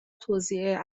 توزیع